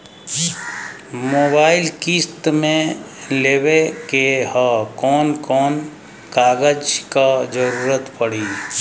Mobile किस्त मे लेवे के ह कवन कवन कागज क जरुरत पड़ी?